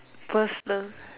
personal